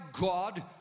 God